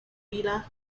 villa